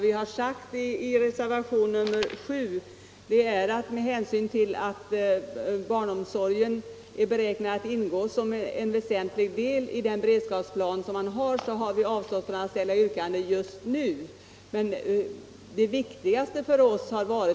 I reservationen 7 säger vi att med hänsyn till att barnomsorgen är beräknad ingå som en väsentlig del i den beredskapsplan som skall upprättas har vi avstått från att ställa något yrkande just nu.